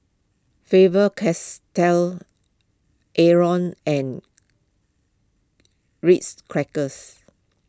Faber Castell Avalon and Ritz Crackers